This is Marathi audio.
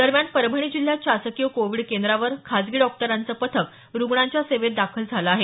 दरम्यान परभणी जिल्ह्यात शासकीय कोविड केंद्रावर खासगी डॉक्टरांचं पथक रुग्णांच्या सेवेत दाखल झालं आहे